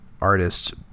artists